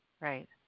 Right